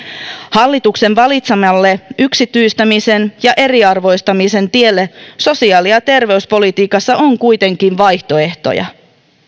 hallituksen valitsemalle yksityistämisen ja eriarvoistamisen tielle sosiaali ja terveyspolitiikassa on kuitenkin vaihtoehtoja